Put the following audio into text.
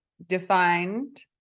defined